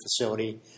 facility